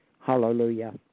Hallelujah